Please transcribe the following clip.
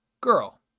girl